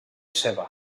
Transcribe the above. ceba